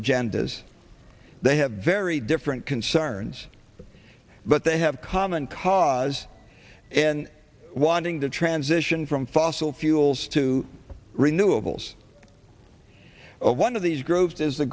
agendas they have very different concerns but they have common cause in wanting to transition from fossil fuels to renewables one of these groups as the